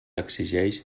exigeix